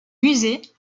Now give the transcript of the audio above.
musées